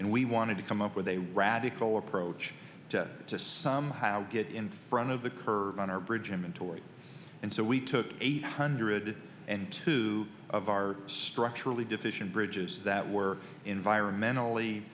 and we wanted to come up with a radical approach to somehow get in front of the curve on our bridge in mentors and so we took eight hundred and two of our structurally deficient bridges that were environmentally